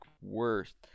worst